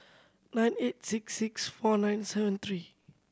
nine eight six six four nine seven three